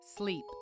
Sleep